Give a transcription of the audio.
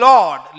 Lord